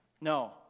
No